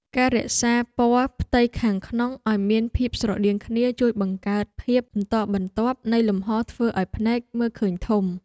ការរក្សាពណ៌ផ្ទៃខាងក្នុងឱ្យមានភាពស្រដៀងគ្នាជួយបង្កើតភាពបន្តបន្ទាប់នៃលំហរធ្វើឱ្យភ្នែកមើលឃើញធំ។